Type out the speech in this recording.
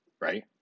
right